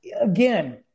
again